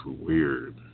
weird